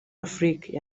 afrique